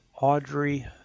Audrey